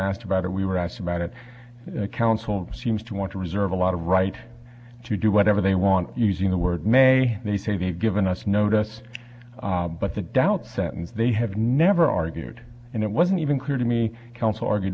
asked about or we were asked about it counsel seems to want to reserve a lot of right to do whatever they want using the word may they say they've given us notice but the doubt sentence they have never argued and it wasn't even clear to me counsel argue